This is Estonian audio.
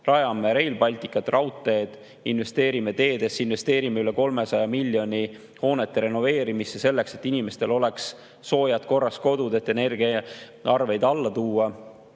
Rajame Rail Balticut, raudteed, investeerime teedesse, investeerime üle 300 miljoni euro hoonete renoveerimisse, selleks et inimestel oleks soojad korras kodud, et energiaarveid alla tuua